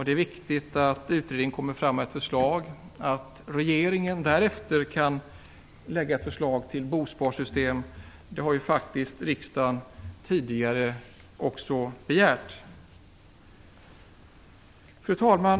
Det är viktigt att utredningen kommer med förslag så att regeringen därefter kan lägga fram förslag till bosparsystem. Det har faktiskt riksdagen redan tidigare begärt. Fru talman!